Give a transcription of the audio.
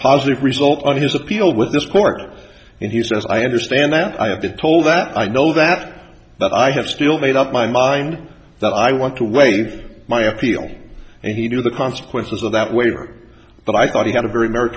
positive result on his appeal with this court and he says i understand i have the toll that i know that but i have still made up my mind that i want to wait my appeal and he knew the consequences of that waiver but i thought he had a very mer